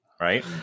right